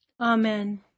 Amen